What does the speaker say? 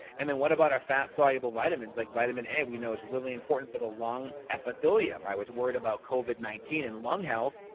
and then what about our fat soluble vitamins like vitamin a, we know is really important for the lung epithelium. i was worried about covid nineteen and lung health.